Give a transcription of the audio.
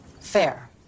Fair